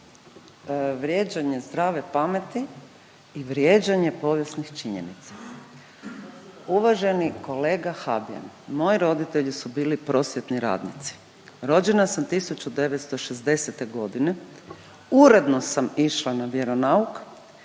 vrijeđanje zdrave pameti i vrijeđanje povijesnih činjenica. Uvaženi kolega Habijan moji roditelji su bili prosvjetni radnici, rođena sam 1960. godine, uredno sam išla na vjeronauk